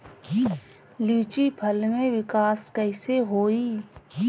लीची फल में विकास कइसे होई?